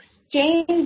exchange